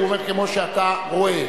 הוא אמר: כמו שאתה רואה.